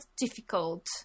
difficult